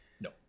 No